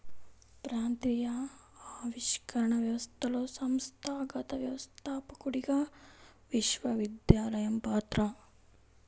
ప్రాంతీయ ఆవిష్కరణ వ్యవస్థలో సంస్థాగత వ్యవస్థాపకుడిగా విశ్వవిద్యాలయం పాత్ర